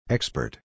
Expert